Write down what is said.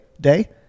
Day